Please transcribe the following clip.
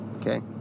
okay